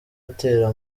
atera